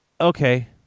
Okay